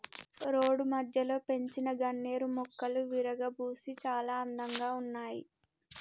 road మధ్యలో పెంచిన గన్నేరు మొక్కలు విరగబూసి చాలా అందంగా ఉన్నాయి